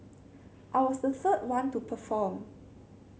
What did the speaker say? I was the third one to perform